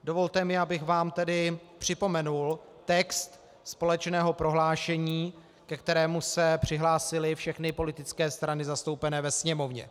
Dovolte mi, abych vám tedy připomenul text společného prohlášení, ke kterému se přihlásily všechny politické strany zastoupené ve Sněmovně.